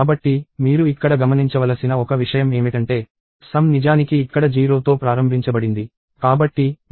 కాబట్టి మీరు ఇక్కడ గమనించవలసిన ఒక విషయం ఏమిటంటే సమ్ నిజానికి ఇక్కడ 0 తో ప్రారంభించబడింది